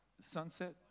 sunset